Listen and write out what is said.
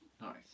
Nice